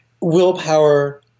Willpower